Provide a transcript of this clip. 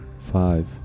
five